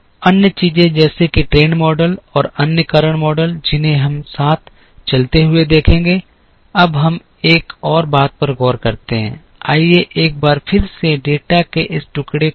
अन्य चीजें जैसे कि ट्रेंड मॉडल और अन्य कारण मॉडल जिन्हें हम साथ चलते हुए देखेंगे अब हम एक और बात पर गौर करते हैं आइए एक बार फिर से डेटा के इस टुकड़े को देखें